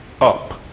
up